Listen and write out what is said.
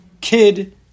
kid